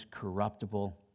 corruptible